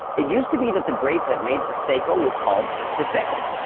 it used to be that the grape that made prosecco was called prosecco,